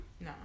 No